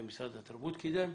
שמשרד התרבות קידם,